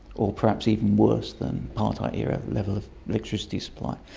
or perhaps even worse than apartheid era level of electricity supply.